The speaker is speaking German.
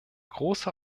große